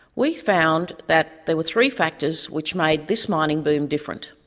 we found that there were three factors which made this mining boom different,